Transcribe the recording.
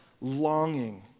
longing